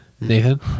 Nathan